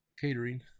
catering